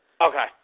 Okay